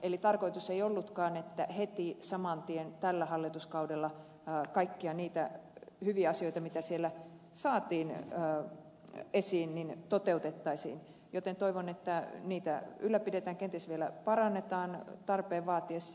eli tarkoitus ei ollutkaan että heti saman tien tällä hallituskaudella kaikkia niitä hyviä asioita mitä siellä saatiin esiin toteutettaisiin joten toivon että niitä ylläpidetään kenties vielä parannetaan tarpeen vaatiessa